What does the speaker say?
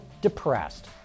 depressed